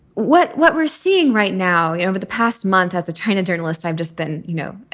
what what we're seeing right now over the past month has a china journalist. i've just been, you know,